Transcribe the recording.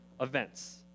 events